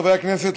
חברי הכנסת,